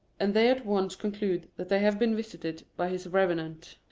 and they at once conclude that they have been visited by his revenant.